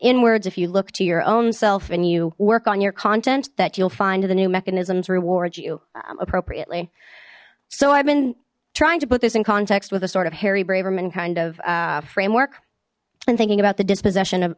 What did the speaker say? inwards if you look to your own self and you work on your content that you'll find the new mechanisms reward you appropriately so i've been trying to put this in context with a sort of harry braverman kind of framework and thinking about the dispossession of